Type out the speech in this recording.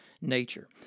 nature